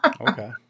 Okay